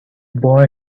boy